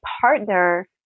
partner